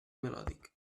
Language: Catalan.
melòdic